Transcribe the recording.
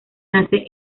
nace